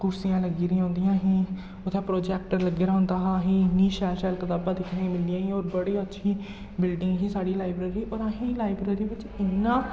कुर्सियां लग्गी दी होंदियां ही उत्थै प्रोजैक्टर लग्गे दा होंदा हा असें गी इन्नी शैल शैल कताबां दिक्खने गी मिलदियां ही और बड़ी अच्छी बिल्डिंग ही साढ़ी लाइब्रेरी दी और असें गी लाइब्रेरी च इन्ना